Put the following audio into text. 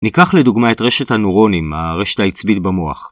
ניקח לדוגמא את רשת הנוירונים, הרשת ההצבית במוח.